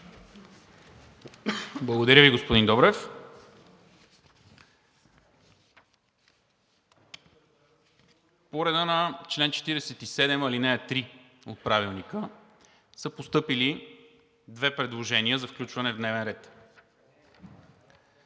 Благодаря Ви, господин Добрев. По реда на чл. 47, ал. 3 от ПОДНС са постъпили две предложения за включване в дневния ред.